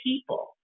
people